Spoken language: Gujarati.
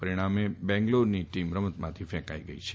પરીણામે બેંગલોરની ટીમ રમતમાંથી ફેંકાઈ ગઈ છે